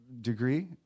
degree